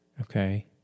Okay